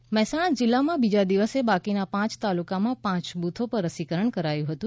રસીકરણ મહેસાણા મહેસાણા જિલ્લામાં બીજા દિવસે બાકીના પાંચ તાલુકામાં પાંચ બુથો પર રસીકરણ કરાયું હતું